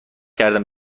کردم